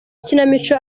ikinamico